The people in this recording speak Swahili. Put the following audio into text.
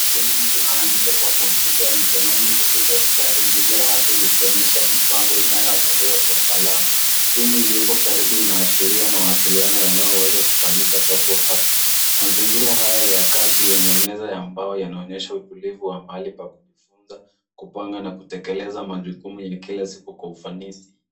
Huyu anaandika kwa kompyuta ya mkononi huku daftari lililo wazi likionyesha mipango inayoandaliwa kwa kalamu. Simu iliyoko karibu inaashiria mawasiliano yanayoweza kufanyika papo kwa hapo. Mazingira haya ya kazi yenye meza ya mbao yanaonyesha utulivu wa mahali pa kujifunza kupanga na kutekeleza majukumu ya kila siku kwa ufanisi.